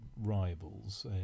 rivals